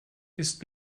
ist